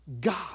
God